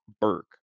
Burke